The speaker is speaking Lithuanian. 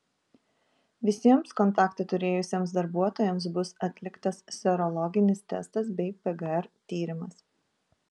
visiems kontaktą turėjusiems darbuotojams bus atliktas serologinis testas bei pgr tyrimas